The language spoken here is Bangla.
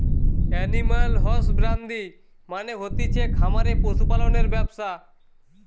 এনিম্যাল হসবান্দ্রি মানে হতিছে খামারে পশু পালনের ব্যবসা